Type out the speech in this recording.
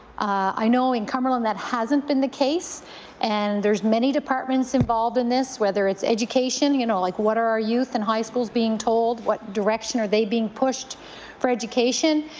i know in cumberland that hasn't been the case and there is many departments involved in this. whether it's education, you know, like what are our youth in high schools being told? what direction are they being pushed for education?